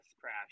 crash